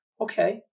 Okay